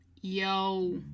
Yo